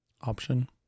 option